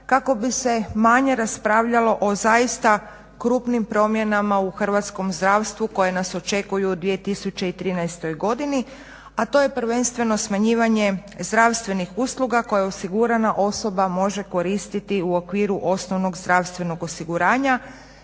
kako bi se manje raspravljalo o zaista krupnim promjenama u hrvatskom zdravstvu koje nas očekuju u 2013. godini, a to je prvenstveno smanjivanje zdravstvenih usluga koje osigurana osoba može koristiti u okviru osnovnog zdravstvenog osiguranja